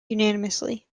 unanimously